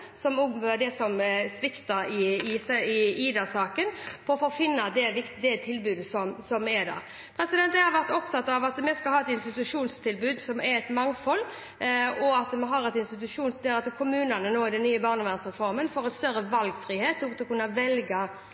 var det som sviktet i Ida-saken – for å finne det tilbudet som er der. Jeg har vært opptatt av at vi skal ha et institusjonstilbud som er et mangfold, og at kommunene nå i den nye barnevernsreformen får en større valgfrihet til å kunne velge